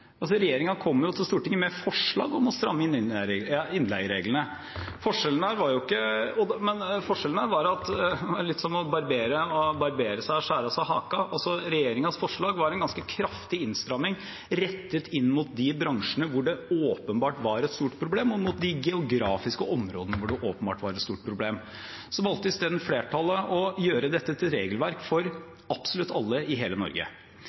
til Stortinget med forslag om å stramme inn på innleiereglene. Forskjellene var jo litt som å barbere seg og skjære av seg haken. Regjeringens forslag var en ganske kraftig innstramming rettet inn mot de bransjene hvor det åpenbart var et stort problem, og mot de geografiske områdene hvor det åpenbart var et stort problem. Så valgte flertallet isteden å gjøre dette til et regelverk for absolutt alle i hele Norge.